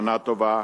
בשנה טובה,